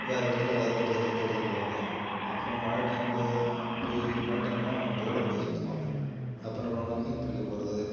வேற இடத்துல அதுக்கடுத்த இடத்த தேடி தான் போவாங்க அப்புறம் மழை டைமில் போய் மழை டைம்லாம் விளாட முடியாது சுத்தமாக அப்போ என்ன பண்ணுவாங்கன்னா மீன் பிடிக்கப் போகிறது